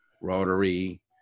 Rotary